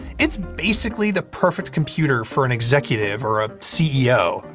it's basically the perfect computer for an executive, or a ceo.